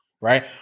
right